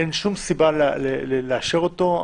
אין שום סיבה לאשר אותו.